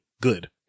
good